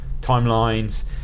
timelines